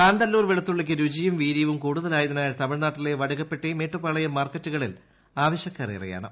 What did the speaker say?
കാന്തല്ലൂർ വെളുത്തുള്ളിക്ക് രുചിയും വീര്യവും കൂടുതലായതിനാൽ തമിഴ്നാട്ടിലെ വടുകപ്പെട്ടി മേട്ടുപ്പാളയംമാർക്ക്റ്റുകളിൽ ആവശ്യക്കാർ ഏറെയാണ്